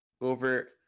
over